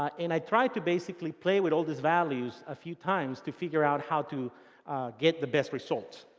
and i try to basically play with all those values a few times to figure out how to get the best results.